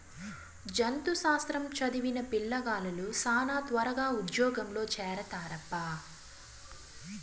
జంతు శాస్త్రం చదివిన పిల్లగాలులు శానా త్వరగా ఉజ్జోగంలో చేరతారప్పా